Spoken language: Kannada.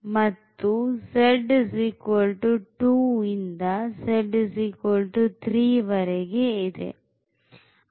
ಮತ್ತು z2 ಇಂದ z3 ವರೆಗೆ ಇದೆ